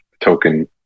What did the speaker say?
token